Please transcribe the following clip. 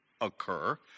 occur